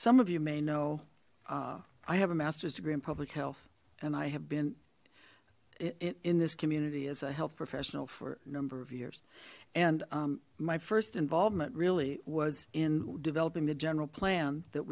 some of you may know i have a master's degree in public health and i have been in this community as a health professional for a number of years and my first involvement really was in developing the general plan that